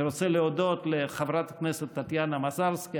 אני רוצה להודות לחברת הכנסת טטיאנה מזרסקי.